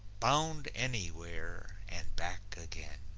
bound anywhere and back again.